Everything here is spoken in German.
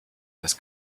das